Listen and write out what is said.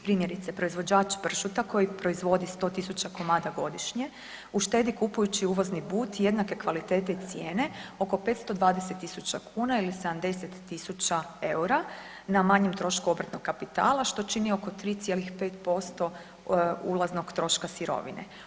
Primjerice proizvođač pršuta koji proizvodi 100 tisuća komada godišnje uštedi kupujući uvozni but jednake kvalitete i cijene oko 520 tisuća kuna ili 70 tisuća eura na manjem trošku obrtnog kapitala što čini oko 3,5% ulaznog troška sirovine.